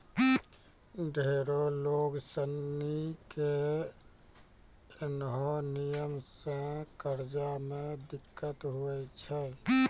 ढेरो लोग सनी के ऐन्हो नियम से कर्जा मे दिक्कत हुवै छै